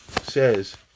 says